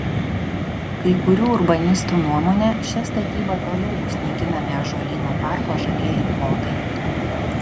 kai kurių urbanistų nuomone šia statyba toliau bus naikinami ąžuolyno parko žalieji plotai